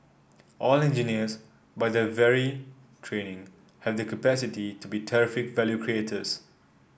all engineers by their very training have the capacity to be terrific value creators